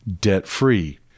debt-free